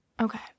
Okay